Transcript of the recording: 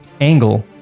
Angle